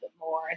more